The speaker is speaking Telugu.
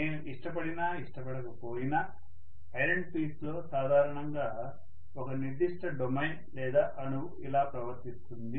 నేను ఇష్టపడినా ఇష్టపడకపోయినా ఐరన్ పీస్ లో సాధారణంగా ఒక నిర్దిష్ట డొమైన్ లేదా అణువు ఇలా ప్రవర్తిస్తుంది